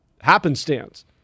happenstance